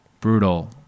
brutal